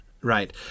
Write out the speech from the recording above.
right